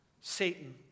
Satan